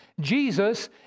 Jesus